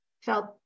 felt